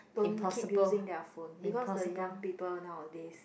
don't keep using their phone because the young people nowadays